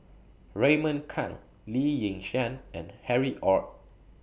Raymond Kang Lee Yi Shyan and Harry ORD